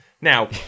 now